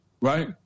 right